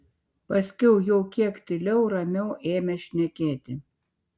paskiau jau kiek tyliau ramiau ėmė šnekėti